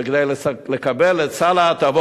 כדי לקבל את סל ההטבות,